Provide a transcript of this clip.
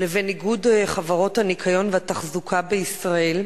לבין איגוד חברות הניקיון והתחזוקה בישראל,